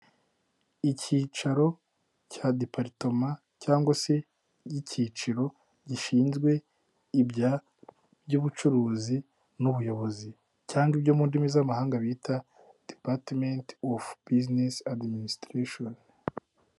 Icyicaro cya diparitoma cyangwa se icyicaro gishinzwe iby'ubucuruzi n'ubuyobozi cyangwa ibyo mu ndimi z'amahanga bita departement of business administration.